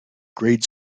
grade